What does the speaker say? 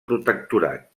protectorat